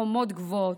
חומות גבוהות,